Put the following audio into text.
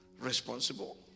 Responsible